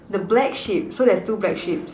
the black sheep so there's two black sheeps